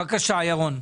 בבקשה, ירון.